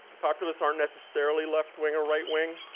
populists aren't necessarily left-wing or right-wing.